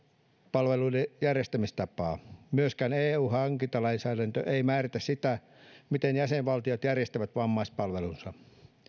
palveluiden järjestämistapaa myöskään eun hankintalainsäädäntö ei määritä sitä miten jäsenvaltiot järjestävät vammaispalvelunsa